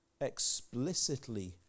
explicitly